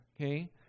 okay